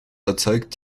erzeugt